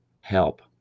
help